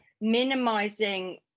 minimizing